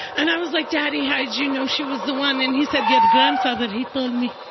and i was like, daddy, how did you know she was the one? and he said, your grandfather he told me.